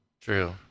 true